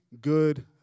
good